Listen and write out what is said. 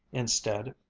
instead,